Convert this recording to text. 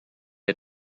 had